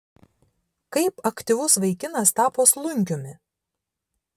kaip aktyvus vaikinas tapo slunkiumi